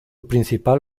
principal